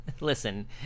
Listen